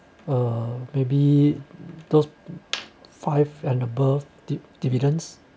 uh maybe those five and above di~ dividends